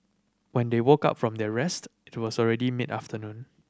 when they woke up from their rest it was already mid afternoon